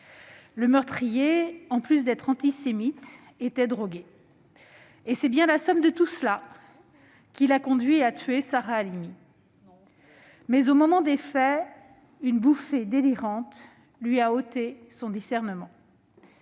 Le meurtrier, en plus d'être antisémite, était drogué et c'est bien la somme de tout cela qui l'a conduit à tuer Sarah Halimi. Mais, au moment des faits, une bouffée délirante lui a ôté son discernement